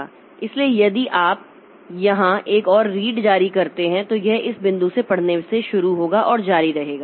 इसलिए यदि आप यहां एक और रीड जारी करते हैं तो यह इस बिंदु से पढ़ने से शुरू होगा और जारी रहेगा